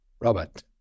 Robert